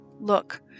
Look